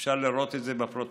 אפשר לראות את זה בפרוטוקול.